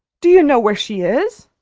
do you know where she is?